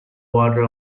water